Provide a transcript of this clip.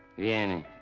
in